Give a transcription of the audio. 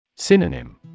Synonym